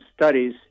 studies